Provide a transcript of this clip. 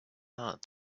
heart